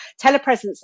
telepresence